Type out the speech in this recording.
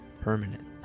permanent